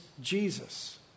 Jesus